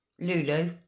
Lulu